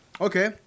Okay